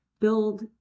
build